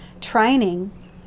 training